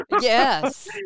Yes